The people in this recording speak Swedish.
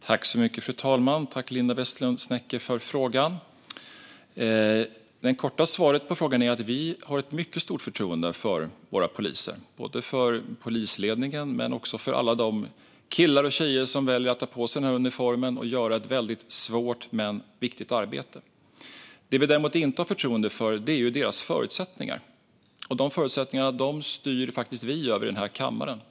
Fru talman! Tack, Linda Westerlund Snecker, för frågan! Det korta svaret på frågan är att vi har ett mycket stort förtroende för våra poliser. Det har vi både för polisledningen och för alla de killar och tjejer som väljer att ta på sig uniformen och göra ett väldigt svårt men viktigt arbete. Det vi däremot inte har förtroende för är deras förutsättningar. De förutsättningarna styr vi över här i kammaren.